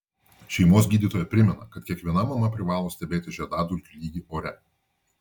šeimos gydytoja primena kad kiekviena mama privalo stebėti žiedadulkių lygį ore